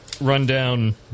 rundown